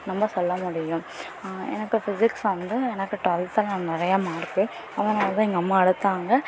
நம்ம சொல்ல முடியும் எனக்கு பிசிக்ஸ் வந்து எனக்கு டுவெலத்தில் நான் நிறைய மார்க்கு அதனால் தான் எங்கள் அம்மா எடுத்தாங்க